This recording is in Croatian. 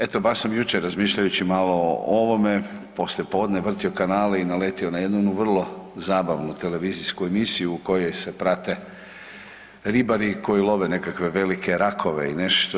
Eto baš sam jučer razmišljajući malo o ovome poslije podne vrtio kanale i naletio na jednu vrlo zabavnu televizijsku emisiju u kojoj se prate ribari koji love nekakve velike rakove i nešto.